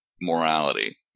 morality